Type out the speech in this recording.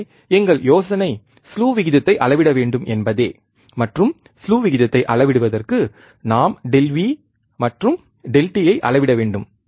இங்கே எங்கள் யோசனை ஸ்லூ விகிதத்தை அளவிட வேண்டும் என்பதே மற்றும் ஸ்லூ விகிதத்தை அளவிடுவதற்கு நாம் ΔV மற்றும் Δtஐ அளவிட வேண்டும்